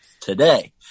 today